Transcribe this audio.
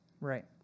Right